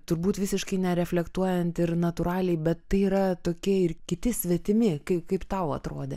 turbūt visiškai nereflektuojant ir natūraliai bet tai yra tokie ir kiti svetimi kaip kaip tau atrodo